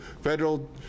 federal